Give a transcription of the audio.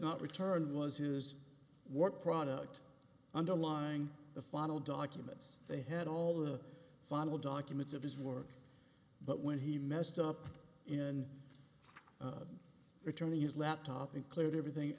not return was his work product underlying the final documents they had all the final documents of his work but when he messed up in returning his laptop include everything